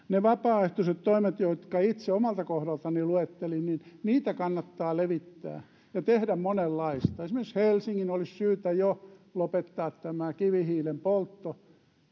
vapaaehtoisia toimia jotka itse omalta kohdaltani luettelin kannattaa levittää ja tehdä monenlaista esimerkiksi helsingin olisi syytä jo lopettaa kivihiilen poltto